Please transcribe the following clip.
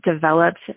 developed